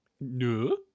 No